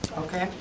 okay,